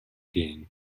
gain